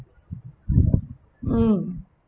mm